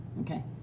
Okay